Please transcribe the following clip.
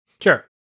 Sure